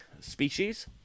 species